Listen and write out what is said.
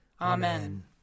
Amen